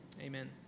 Amen